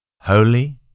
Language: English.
holy